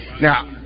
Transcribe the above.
Now